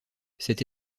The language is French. cette